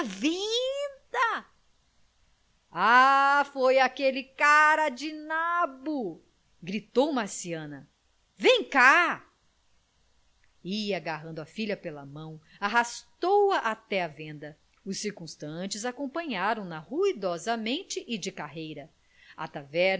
venda ah foi aquele cara de nabo gritou marciana vem cá e agarrando a filha pela mão arrastou-a até à venda os circunstantes acompanharam na ruidosamente e de carreira a